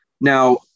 Now